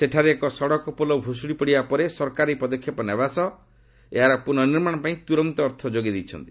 ସେଠାରେ ଏକ ସଡ଼କ ପୋଲ ଭ୍ରଷ୍ତଡ଼ି ପଡ଼ିବା ପରେ ସରକାର ଏହି ପଦକ୍ଷେପ ନେବା ସହ ଏହାର ପୁନଃନିର୍ମାଣ ପାଇଁ ତ୍ରରନ୍ତ ଅର୍ଥ ଯୋଗାଇ ଦେଇଛନ୍ତି